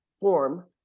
form